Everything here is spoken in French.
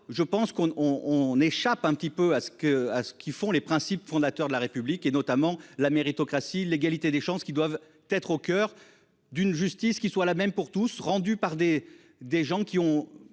je pense qu'on on on échappe un petit peu à ce que, à ce qu'ils font les principes fondateurs de la République et notamment la méritocratie l'égalité des chances qui doivent être au coeur d'une justice qui soit la même pour tous rendus par des des gens qui ont